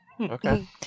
Okay